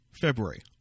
February